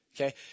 Okay